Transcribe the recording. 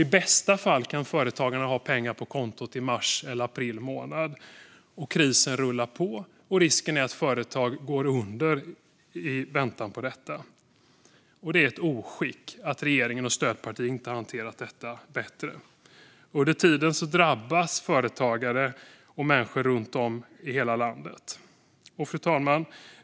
I bästa fall kan företagarna ha pengarna på kontot i mars eller april månad. Samtidigt rullar krisen på, och risken är att företag går under i väntan på stödet. Det är ett oskick att regeringen och stödpartierna inte hanterar detta bättre, och under tiden drabbas företagare och människor runt om i hela landet. Fru talman!